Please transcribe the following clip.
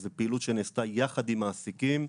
זה פעילות שנעשתה יחד עם מעסיקים.